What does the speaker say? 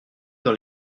dans